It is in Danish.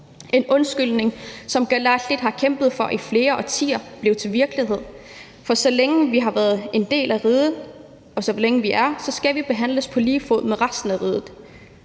En undskyldning, som kalaallit har kæmpet for i flere årtier, blev til virkelighed, for så længe vi har været en del af riget, og så længe vi er her, så skal vi behandles på lige fod med resten af riget.